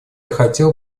хотел